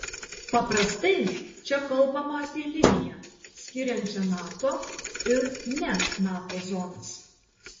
paprastai čia kalbama apie liniją skiriančią nato ir ne nato zonas